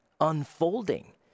unfolding